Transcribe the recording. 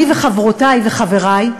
אני וחברותי וחברי,